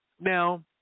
Now